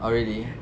oh really